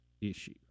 issue